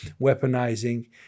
weaponizing